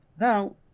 Now